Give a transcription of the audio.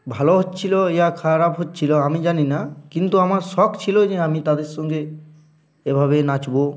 ভালো হচ্ছিলো ইয়া খারাপ হচ্ছিলো আমি জানি না কিন্তু আমার শখ ছিল যে আমি তাদের সঙ্গে এভাবে নাচবো